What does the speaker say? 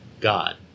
God